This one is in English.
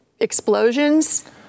Explosions